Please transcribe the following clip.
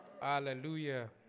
Hallelujah